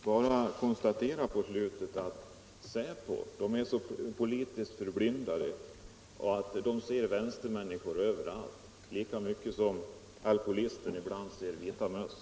Fru talman! Då kan jag slutligen konstatera att man inom Säpo är så politiskt förblindad att man där ser vänstermänniskor överallt på sam ma sätt som alkoholisten ibland ser vita möss.